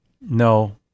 No